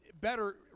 better